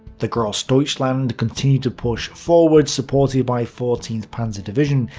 the grossdeutschland continued to push forwards, supported by fourteenth panzer division.